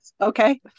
Okay